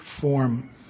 form